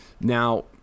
Now